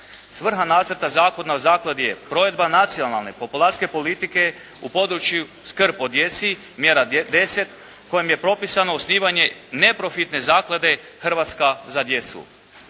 Svrha nacrta Zakona o zakladi je provedba nacionalne populacijske politike u području skrb o djeci, mjera 10, kojom je propisano osnivanje neprofitne Zaklade "Hrvatska na djecu".